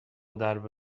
درب